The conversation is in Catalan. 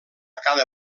cada